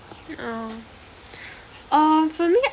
um err for me